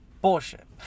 bullshit